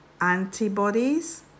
antibodies